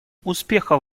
успехов